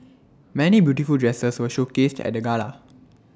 many beautiful dresses were showcased at the gala